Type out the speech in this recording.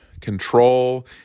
control